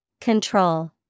Control